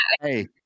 hey